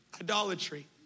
Idolatry